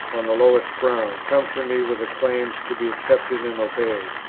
on the lowest ground come to me with a claim to be accepted and obeyed.